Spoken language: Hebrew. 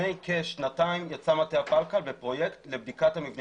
לפני כשנתיים יצא מטה הפלקל בפרויקט לבדיקת המבנים.